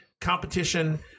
competition